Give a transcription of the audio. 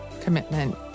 commitment